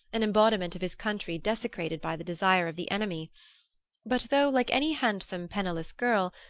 an embodiment of his country desecrated by the desire of the enemy but though, like any handsome penniless girl,